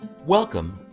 Welcome